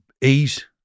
ease